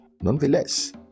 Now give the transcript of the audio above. nonetheless